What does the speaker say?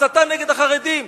הסתה נגד החרדים.